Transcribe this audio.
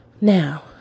Now